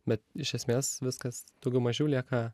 bet iš esmės viskas daugiau mažiau lieka